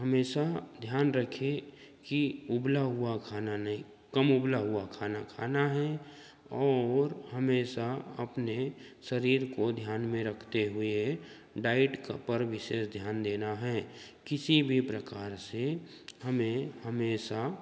हमेशा ध्यान रखें कि उबला हुआ खाना नहीं कम उबला हुआ खाना खाना है और हमेशा अपने शरीर को ध्यान में रखते हुए डाइट का पर विशेष ध्यान देना है किसी भी प्रकार से हमें हमेशा